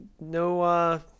no